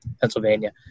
Pennsylvania